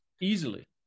easily